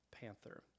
Panther